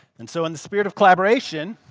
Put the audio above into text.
and so in the spirit of collaboration,